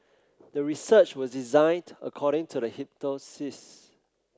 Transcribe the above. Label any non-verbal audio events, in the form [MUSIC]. the research was designed according to the [UNINTELLIGIBLE]